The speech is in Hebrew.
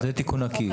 זה תיקון עקיף.